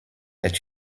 est